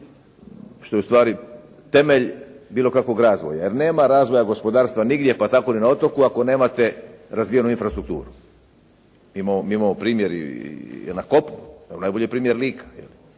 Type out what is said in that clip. što je u stvari temelj bilo kakvog razvoja. Jer nema razvoja gospodarstva nigdje pa tako ni na otoku ako nemate razvijenu infrastrukturu. Mi imamo primjer i na kopnu. Najbolji je primjer Lika.